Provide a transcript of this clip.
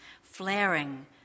flaring